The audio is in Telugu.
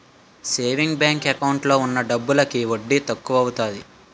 సేవింగ్ బ్యాంకు ఎకౌంటు లో ఉన్న డబ్బులకి వడ్డీ తక్కువత్తాది